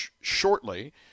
shortly